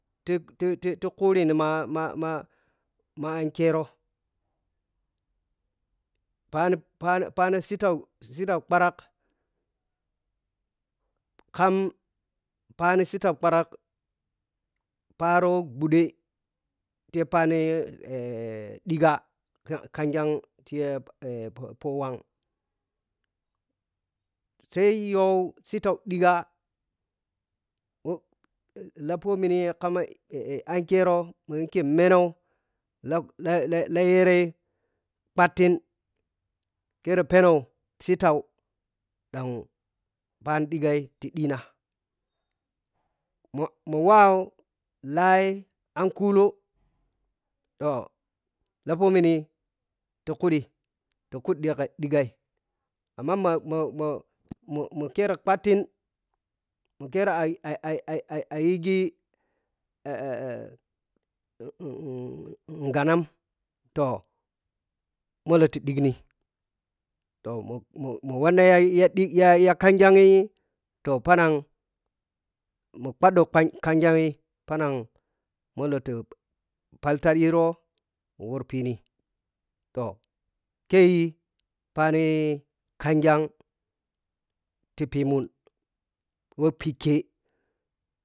Ti-ti-ti kurinima mama ma ma ankyero phan-pan- pan sita bitau ɓarak kam phan sitau ɓarak pharo ɓuɗe ti phan ɗigha ka-khanggag tirya pha whag sai yo sitau ɗigha lapomini ka ankyero meno la-la-layɛrɛ ɓatin kɛrɛ pɛno sitau phan ɗighai ɗina mama wa lai ankulo toh lapɔmini ti kuɗiti ti kuɗiti ɗighai amma mo-mo-mo kirɛ batin mɔkora ai-ai-ai-ai yigi ghanam toh mɔlɔti ɗighni toh mo-mo ya-ya khanggag toh phanag mu phaɗo khanggag molo tɛ palta ɗirɔ wɔrpiini toh kai phani khanyag ti pimun wɛpikɛ.